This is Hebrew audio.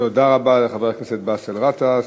תודה רבה לחבר הכנסת באסל גטאס.